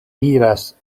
miras